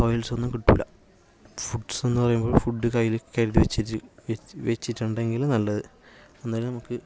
toilets ഒന്നും കിട്ടുകയില്ല foods എന്നു പറയുമ്പോൾ ഫുഡ് കയ്യിൽ കരുതി വെച്ചിട്ട് വെച്ചിട്ടുണ്ടെങ്കിൽ നല്ലത് അന്നേരം നമുക്ക്